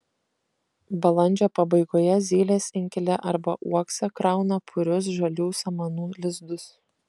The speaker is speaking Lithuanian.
balandžio pabaigoje zylės inkile arba uokse krauna purius žalių samanų lizdus